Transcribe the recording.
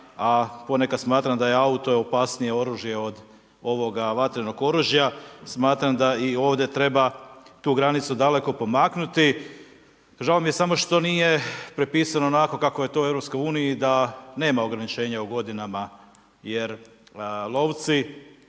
a ponekad smatram da auto je opasnije oružje od ovoga vatrenog oružja, smatram da i ovdje treba tu granicu daleko pomaknuti. Žao mi je samo što nije prepisano onako kako je to u Europskoj uniji da nema ograničenja u godinama, jer lovci